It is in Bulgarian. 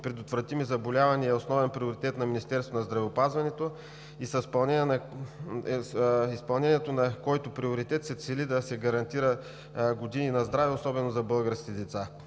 ваксинопредотвратими заболявания е основен приоритет на Министерството на здравеопазването, с изпълнението на който се цели да се гарантират години на здраве, особено за българските деца.